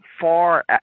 far